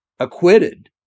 Acquitted